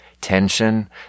tension